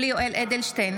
(קוראת בשמות חברי הכנסת) יולי יואל אדלשטיין,